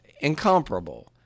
incomparable